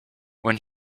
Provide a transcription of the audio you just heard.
when